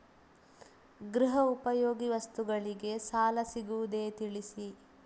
ಗೃಹ ಉಪಯೋಗಿ ವಸ್ತುಗಳಿಗೆ ಸಾಲ ಸಿಗುವುದೇ ತಿಳಿಸಿ?